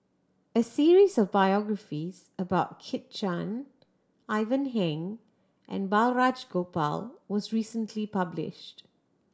a series of biographies about Kit Chan Ivan Heng and Balraj Gopal was recently published